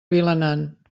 vilanant